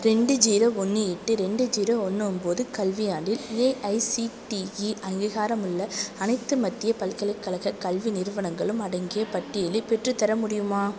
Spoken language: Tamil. ரெண்டு ஜீரோ ஒன்று எட்டு ரெண்டு ஜீரோ ஒன்று ஒம்போது கல்வியாண்டில் ஏஐசிடிஇ அங்கீகாரமுள்ள அனைத்து மத்திய பல்கலைக்கழக கல்வி நிறுவனங்களும் அடங்கிய பட்டியலை பெற்றுத்தர முடியுமா